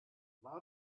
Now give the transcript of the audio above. lot